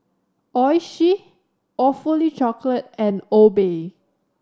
Oishi Awfully Chocolate and Obey